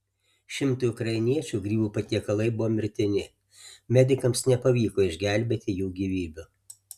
šimtui ukrainiečių grybų patiekalai buvo mirtini medikams nepavyko išgelbėti jų gyvybių